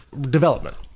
development